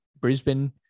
brisbane